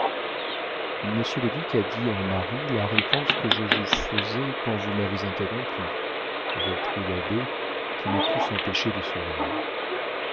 le duc a dit en mari la réponse que je vous faisais quand vous m'avez interrompu reprit l'abbé qui ne put s'empêcher de sourire